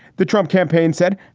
the trump campaign said,